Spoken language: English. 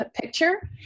picture